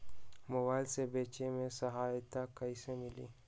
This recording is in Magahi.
मोबाईल से बेचे में सहायता कईसे मिली?